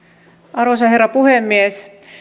arvoisa herra puhemies